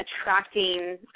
attracting